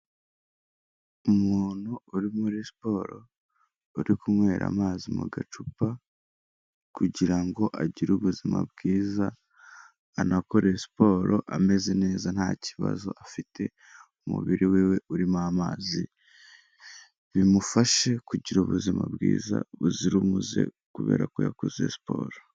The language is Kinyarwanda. Umuntu uri muri siporo, uri kunywera amazi mu gacupa, kugira ngo agire ubuzima bwiza, anakore siporo ameze neza nta kibazo afite, umubiri w'iwe urimo amazi, bimufashe kugira ubuzima bwiza buzira umuze, kubera ko yakoze siporo.